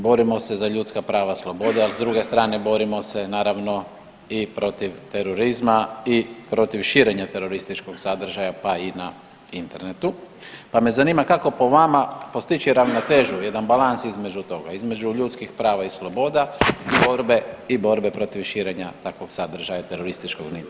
Borimo se za ljudska prava, slobode, a s druge strane borimo se naravno i protiv terorizma i protiv širenja terorističkog sadržaja pa i na internetu, pa me zanima kako po vama postići ravnotežu, jedan balans između toga, između ljudskih prava i sloboda i borbe protiv širenja takvog sadržaja terorističkog na internetu.